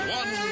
one